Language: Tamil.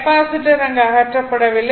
கெப்பாசிட்டர் அங்கு அகற்றப்படவில்லை